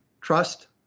trust